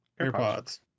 AirPods